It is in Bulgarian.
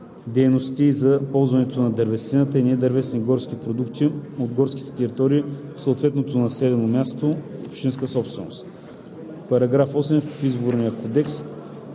дейности и за ползването на дървесина и недървесни горски продукти от горските територии в съответното населено място – общинска собственост.“ § 8. В Изборния кодекс